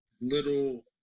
little